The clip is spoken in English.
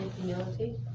humility